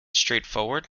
straightforward